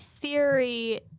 theory